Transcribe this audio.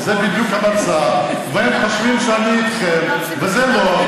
זה בדיוק המצב, והם חושבים שאני איתכם, וזה לא.